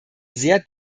sehr